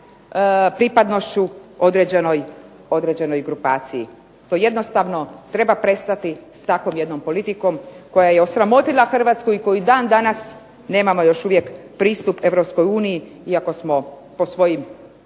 pripadnošću određenoj grupaciji. To jednostavno treba prestati s takvom jednom politikom koja je osramotila Hrvatsku i koju dan danas nemamo još uvijek pristup Europskoj uniji iako smo po svojim